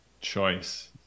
choice